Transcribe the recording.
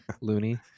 loony